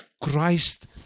christ